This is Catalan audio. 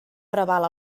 preval